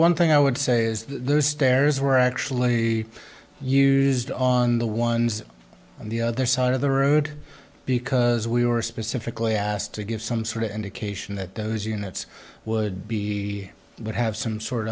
one thing i would say is those stairs were actually used on the ones on the other side of the road because we were specifically asked to give some sort of indication that those units would be would have some sort